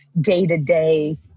day-to-day